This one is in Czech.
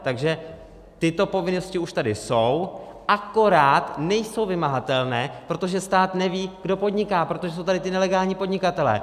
Takže tyto povinnosti už tady jsou, akorát nejsou vymahatelné, protože stát neví, kdo podniká, protože jsou tady ti nelegální podnikatelé.